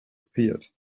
appeared